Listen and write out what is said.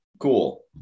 Cool